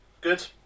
Good